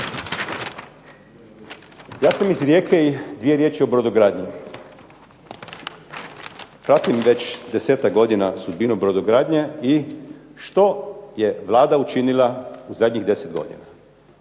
Ja sam iz Rijeke i dvije riječi o brodogradnji. Pratim već desetak godina sudbinu brodogradnje i što je Vlada učinila u zadnjih 10 godina?